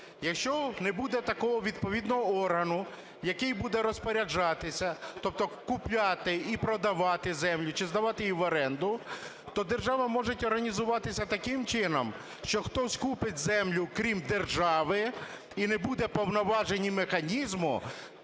Якщо не буде такого відповідного органу, який буде розпоряджатися, тобто купляти і продавати землю чи здавати її в оренду, то держава може організуватися таким чином, що хтось купить землю крім держави, і не буде повноважень і механізму